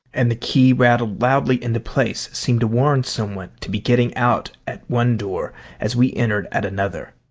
and the key rattled loudly into place seemed to warn someone to be getting out at one door as we entered at another.